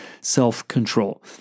self-control